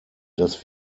dass